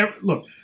Look